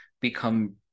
become